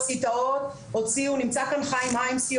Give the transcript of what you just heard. נמצא כאן חיים היימס,